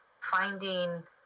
finding